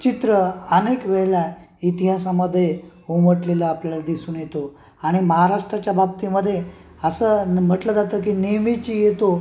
चित्र अनेक वेळेला इतिहासामध्ये उमटलेलं आपल्याला दिसून येतो आणि महाराष्ट्राच्या बाबतीमध्ये असं न् म्हटलं जातं की नेहमीच येतो